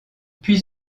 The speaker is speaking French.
puis